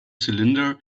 cylinder